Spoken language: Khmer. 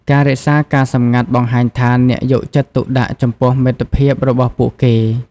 ការរក្សាការសម្ងាត់បង្ហាញថាអ្នកយកចិត្តទុកដាក់ចំពោះមិត្តភាពរបស់ពួកគេ។